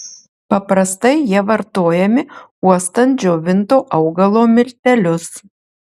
paprastai jie vartojami uostant džiovinto augalo miltelius